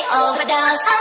overdose